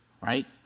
right